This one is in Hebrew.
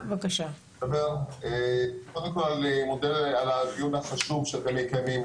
קודם כל אני מודה על הדיון החשוב שאתם מקיימים.